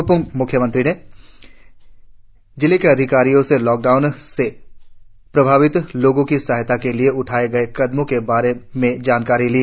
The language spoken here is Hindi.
उपम्ख्यमंत्री ने जिले के अधिकारियों से लॉकडाउन से प्रभावित परिवारों की सहायता के लिए उठाए गए कदमों के बारे में जानकारी ली